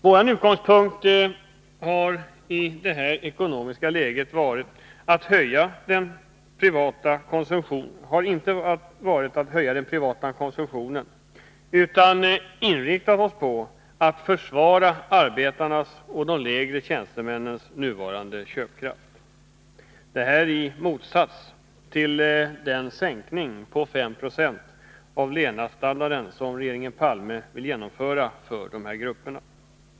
Vår utgångspunkt har i detta ekonomiska läge inte varit att öka den privata konsumtionen, utan vi har inriktat oss på att försvara arbetarnas och de lägre tjänstemännens nuvarande köpkraft — detta i motsats till den sänkning på 5 970 av levnadsstandarden som regeringen Palme vill genomföra för dessa grupper.